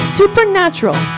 supernatural